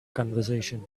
conversation